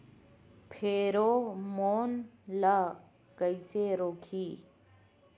Pheromone ला कइसे रोकही?